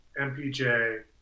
MPJ